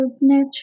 nature